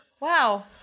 Wow